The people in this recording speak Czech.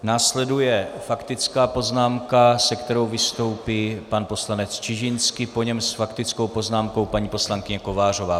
Následuje faktická poznámka, se kterou vystoupí pan poslanec Čižinský, po něm s faktickou poznámkou paní poslankyně Kovářová.